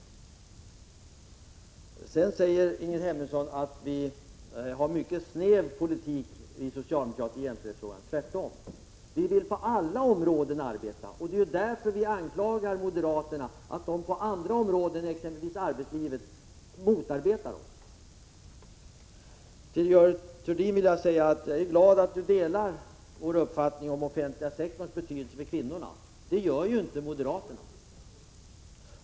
Ingrid Hemmingsson säger också att vi socialdemokrater för en mycket snäv politik på jämställdhetsområdet. Men det är tvärtom. Vi vill arbeta inom alla områden. Det är därför vi anklagar moderaterna för att motarbeta oss på vissa områden, exempelvis arbetslivet. Till Görel Thurdin vill jag säga att jag är glad att hon delar min uppfattning om den offentliga sektorns betydelse för kvinnorna. Det gör inte moderaterna.